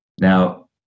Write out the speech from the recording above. Now